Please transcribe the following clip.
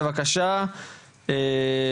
בבקשה,